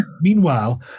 Meanwhile